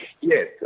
Yes